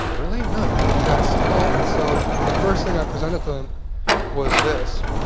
really? ah could it be that simple? and so, the first thing i presented to him was this,